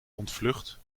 ontvlucht